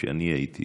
כשאני הייתי